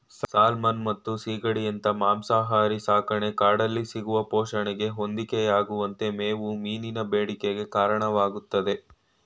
salmon ಮತ್ತು ಸೀಗಡಿಯಂತ ಮಾಂಸಾಹಾರಿ ಸಾಕಣೆ ಕಾಡಲ್ಲಿ ಸಿಗುವ ಪೋಷಣೆಗೆ ಹೊಂದಿಕೆಯಾಗುವಂತೆ ಮೇವು ಮೀನಿನ ಬೇಡಿಕೆಗೆ ಕಾರಣವಾಗ್ತದೆ